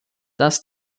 dass